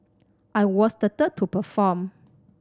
I was the third to perform